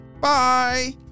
bye